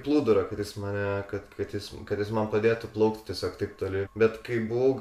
plūdurą kuris mane kad kad jis kad jis man padėtų plaukti tiesiog taip toli bet kai buvau